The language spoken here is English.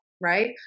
Right